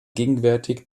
gegenwärtig